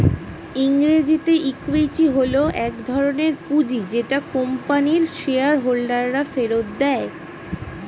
ইংরেজিতে ইক্যুইটি হল এক ধরণের পুঁজি যেটা কোম্পানির শেয়ার হোল্ডাররা ফেরত দেয়